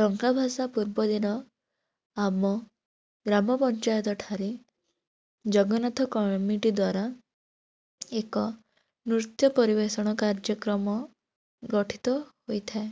ଡଙ୍ଗା ଭସା ପୂର୍ବ ଦିନ ଆମ ଗ୍ରାମ ପଞ୍ଚାୟତଠାରେ ଜଗନ୍ନାଥ କମିଟି ଦ୍ଵାରା ଏକ ନୃତ୍ୟ ପରିବେଷଣ କାର୍ଯ୍ୟକ୍ରମ ଗଠିତ ହୋଇଥାଏ